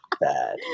bad